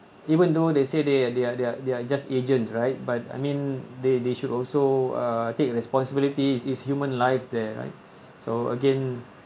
even though they say they are they are they are they are just agents right but I mean they they should also uh take responsibility it's human life there right so again